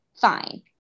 Fine